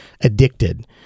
addicted